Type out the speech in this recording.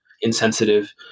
insensitive